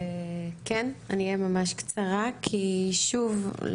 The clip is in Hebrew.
אני אהיה ממש קצרה כי שוב,